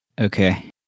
Okay